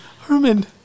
Herman